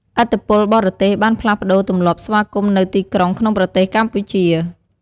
ឥទ្ធិពលបរទេសបានផ្លាស់ប្តូរទម្លាប់ស្វាគមន៍នៅទីក្រុងក្នុងប្រទេសកម្ពុជា។